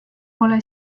pole